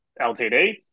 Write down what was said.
LTD